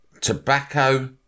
tobacco